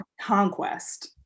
conquest